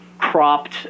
cropped